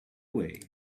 away